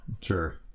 Sure